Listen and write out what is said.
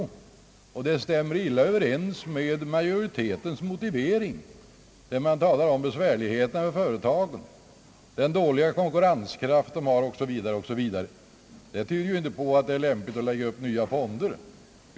Detta krav stämmer illa överens med majoritetens motivering, där man talar om besvärligheterna för företagen, den dåliga konkurrenskraft de har o.s.v. Det tyder ju inte på att det är lämpligt att lägga upp nya fonder.